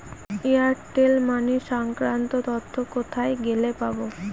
Airtel money সংক্রান্ত তথ্য কোথায় গেলে পাব?